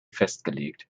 festgelegt